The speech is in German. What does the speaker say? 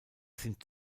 sind